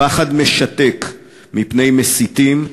פחד משתק מפני מסיתים,